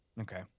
okay